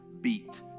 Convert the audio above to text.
beat